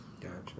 Gotcha